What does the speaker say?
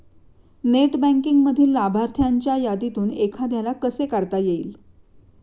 Net बँकिंगमधील लाभार्थ्यांच्या यादीतून एखाद्याला कसे काढता येईल?